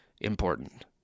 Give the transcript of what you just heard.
important